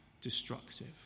destructive